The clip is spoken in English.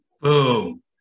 Boom